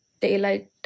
daylight